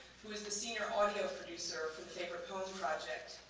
who is the senior audio producer for the favorite poem project.